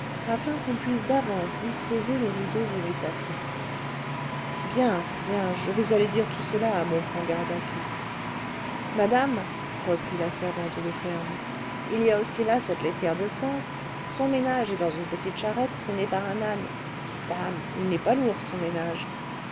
afin qu'on puisse d'avance disposer les rideaux et les tapis bien bien je vais aller dire tout cela à mon prend garde à tout madame reprit la servante de ferme il y a aussi là cette laitière de stains son ménage est dans une petite charrette traînée par un âne dame il n'est pas lourd son ménage